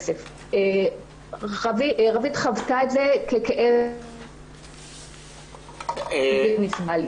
רביד החוותה את זה ככאב בלתי נסבל.